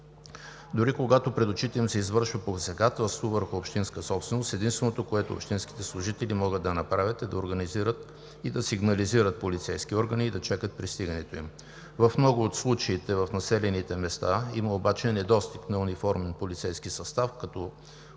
Дори когато пред очите им се извършва посегателство върху общинска собственост, единственото, което общинските служители могат да направят, е да организират и сигнализират полицейски органи и да чакат пристигането им. В много от случаите в населените места обаче има недостиг на униформен полицейски състав, като